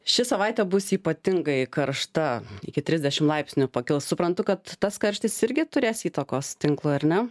ši savaitė bus ypatingai karšta iki trisdešimt laipsnių pakils suprantu kad tas karštis irgi turės įtakos tinklui ar ne